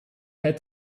had